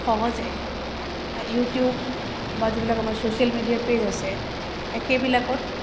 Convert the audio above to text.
সহজে ইউটিউব বা যিবিলাক আমাৰ ছ'চিয়েল মিডিয়া পেজ আছে সেইবিলাকত